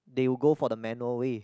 they will go for the manual way